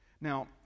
Now